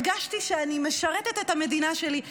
הרגשתי שאני משרתת את המדינה שלי.